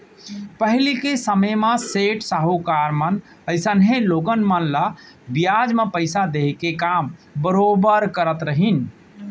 पहिली के समे म सेठ साहूकार मन अइसनहे लोगन मन ल बियाज म पइसा देहे के काम बरोबर करत रहिन